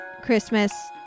christmas